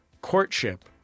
courtship